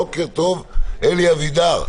בוקר טוב, אלי אבידר.